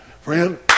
Friend